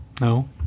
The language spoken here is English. No